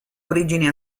origini